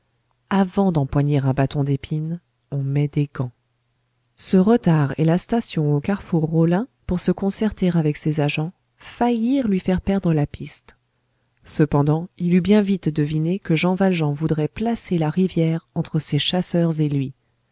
avant d'empoigner un bâton d'épines on met des gants ce retard et la station au carrefour rollin pour se concerter avec ses agents faillirent lui faire perdre la piste cependant il eut bien vite deviné que jean valjean voudrait placer la rivière entre ses chasseurs et lui